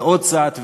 ועוד קצת,